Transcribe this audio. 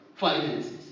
Finances